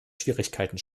schwierigkeiten